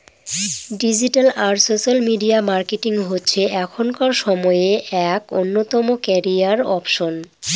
digital আর social media marketing হচ্ছে এখনকার সময়ে এক অন্যতম ক্যারিয়ার অপসন